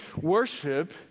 Worship